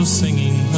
singing